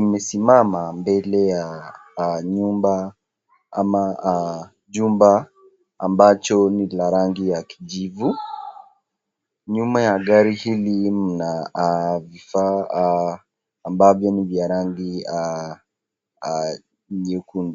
imesimama mbele ya nyumba ama jumba ambacho ni cha rangi ya kijivu, nyuma ya gari hili mna vifaa ambavyo ni vya rangi nyekundu.